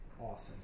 awesome